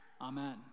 amen